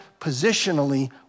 positionally